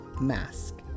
mask